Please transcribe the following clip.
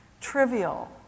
trivial